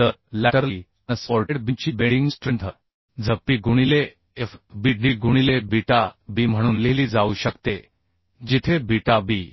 तर laterally unsupported बीमची bending strength Z p गुणिले F b d गुणिले बीटा b म्हणून लिहिली जाऊ शकते जिथे बीटा bआपण